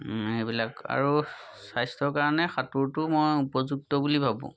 এইবিলাক আৰু স্বাস্থ্যৰ কাৰণে সাঁতোৰটো মই উপযুক্ত বুলি ভাবোঁ